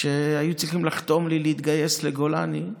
כשהיו צריכים לחתום לי להתגייס לגולני,